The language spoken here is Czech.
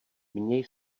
měj